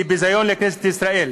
היא ביזיון לכנסת ישראל.